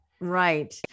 Right